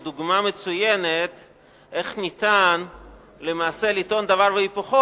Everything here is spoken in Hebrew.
הוא דוגמה מצוינת איך אפשר לטעון למעשה דבר והיפוכו,